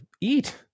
eat